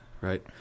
right